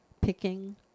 picking